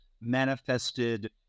manifested